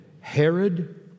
Herod